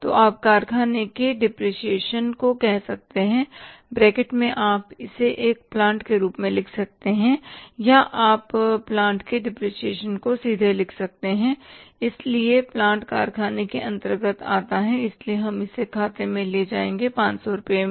तो आप कारखाने के डिप्रेशिएशन को कह सकते हैं ब्रैकेट में आप इसे एक प्लांट के रूप में लिख सकते हैं या आप प्लांट के डिप्रेशिएशन को सीधे लिख सकते हैं इसलिए प्लांटकारखाने के अंतर्गत आता है इसलिए हम इसे खाते में ले जाएंगे ₹500 से